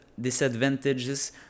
disadvantages